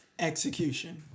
Execution